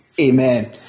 Amen